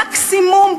מקסימום,